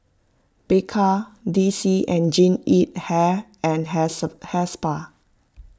Bika D C and Jean Yip Hair and hairs Hair Spa